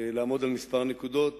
לעמוד על כמה נקודות